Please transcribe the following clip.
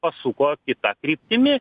pasuko kita kryptimi